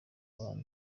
abanza